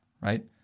Right